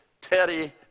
Teddy